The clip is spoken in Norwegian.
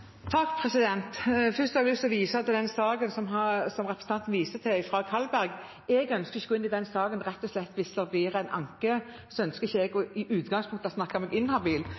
Først har jeg lyst til å vise til den saken som representanten viste til, fra Kalberg. Jeg ønsker ikke å gå inn i den saken, rett og slett fordi hvis det blir en anke, så ønsker ikke jeg i utgangspunktet å snakke meg inhabil.